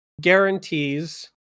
guarantees